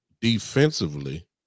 Defensively